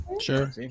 sure